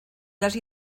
les